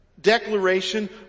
declaration